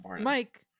Mike